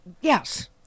Yes